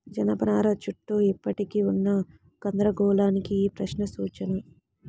జనపనార చుట్టూ ఇప్పటికీ ఉన్న గందరగోళానికి ఈ ప్రశ్న సూచన